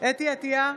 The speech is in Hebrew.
חוה אתי עטייה,